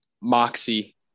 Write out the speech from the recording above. Moxie